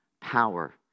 power